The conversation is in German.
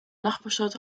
nachbarstadt